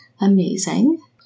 amazing